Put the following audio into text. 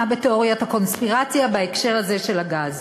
בתיאוריית הקונספירציה בהקשר הזה של הגז,